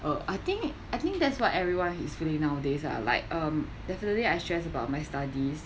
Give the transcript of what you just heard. uh I think I think that's what everyone is feeling nowadays ah like um definitely I stressed about my studies